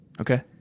Okay